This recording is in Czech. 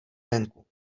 venku